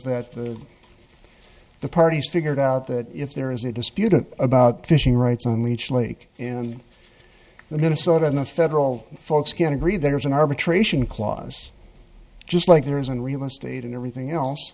that the the parties figured out that if there is a dispute about fishing rights on leech lake the minnesotan the federal folks can agree there is an arbitration clause just like there isn't real estate and everything else